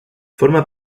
forma